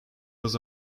was